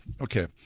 Okay